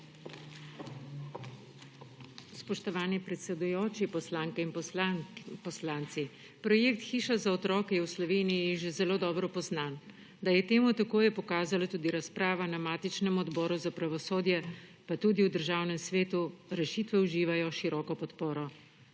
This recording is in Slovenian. Spoštovani predsedujoči, poslanke in poslanci! Projekt hiša za otroke je v Sloveniji že zelo dobro poznan. Da je tako, je pokazala tudi razprava na matičnem Odboru za pravosodje, pa tudi v Državnem svetu rešitve uživajo široko podporo.